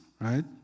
right